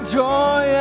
joy